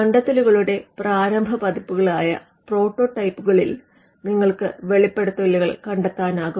കണ്ടെത്തലുകളുടെ പ്രാരംഭ പതിപ്പുകളായ പ്രോട്ടോടൈപ്പുകളിൽ നിങ്ങൾക്ക് വെളിപ്പെടുത്തലുകൾ കണ്ടെത്താനാകും